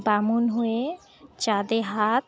বামুন হয়ে চাঁদে হাত